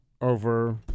over